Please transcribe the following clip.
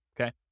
okay